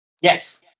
Yes